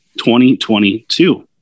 2022